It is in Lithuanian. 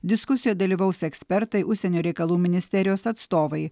diskusijoje dalyvaus ekspertai užsienio reikalų ministerijos atstovai